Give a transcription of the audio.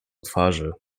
twarzy